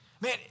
man